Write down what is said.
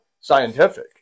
scientific